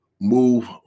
move